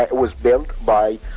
it was built by